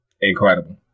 incredible